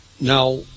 Now